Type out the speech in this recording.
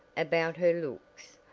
about her looks,